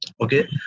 okay